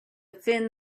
thin